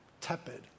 tepid